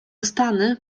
stany